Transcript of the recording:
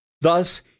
Thus